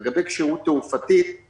לגבי כשירות תעופתית,